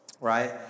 right